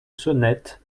sonnette